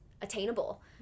attainable